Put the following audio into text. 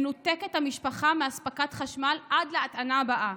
מנותקת המשפחה מאספקת חשמל עד להטענה הבאה.